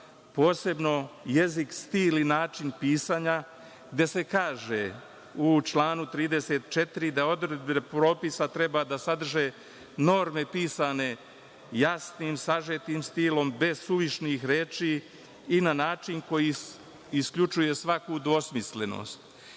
posebno jezik, stil i način pisanja, gde se kaže – u članu 34. da odredbe propisa treba da sadrže norme pisane jasnim, sažetim stilom, bez suvišnih reči i na način koji isključuje svaku dvosmislenost.U